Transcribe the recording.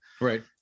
Right